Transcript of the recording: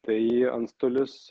tai antstolis